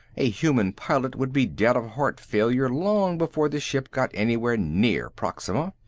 a human pilot would be dead of heart failure long before the ship got anywhere near proxima.